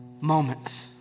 moments